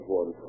one